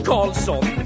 Carlson